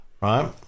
right